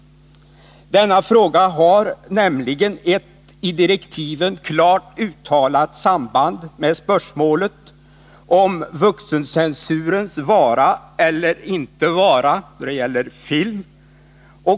Denna fråga har nämligen ett i direktiven klart uttalat samband med spörsmålet om vuxencensurens vara eller inte vara då det gäller film.